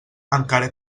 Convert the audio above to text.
encara